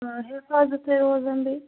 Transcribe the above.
اۭں حفاظتَے روزان بیٚیہِ